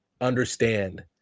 understand